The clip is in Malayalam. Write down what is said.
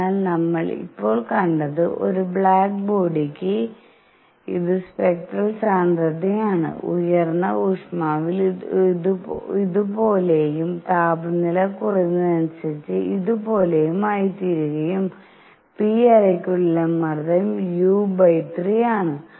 അതിനാൽ നമ്മൾ ഇപ്പോൾ കണ്ടത് ഒരു ബ്ലാക്ക് ബോഡിക്ക് ഇത് സ്പെക്ട്രൽ സാന്ദ്രതയാണ് ഉയർന്ന ഊഷ്മാവിൽ ഇതുപോലെയും താപനില കുറയുന്നതിനനുസരിച്ച് ഇത് ഇതുപോലെ ആയിത്തീരുകയും p അറയ്ക്കുള്ളിലെ മർദ്ദം u 3 ആണ്